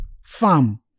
farm